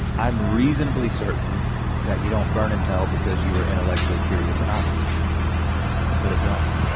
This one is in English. i'm reasonably certain that you don't burn in hell because you were intellectually curious and honest to put it bluntly.